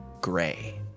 gray